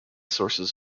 sources